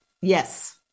Yes